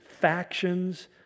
factions